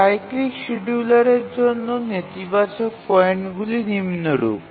cyclic শিডিয়ুলারের জন্য নেতিবাচক পয়েন্টগুলি নিম্নরূপ